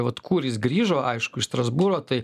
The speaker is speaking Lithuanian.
vat kur jis grįžo aišku iš strasbūro tai